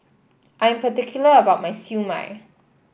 I am particular about my Siew Mai